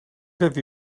give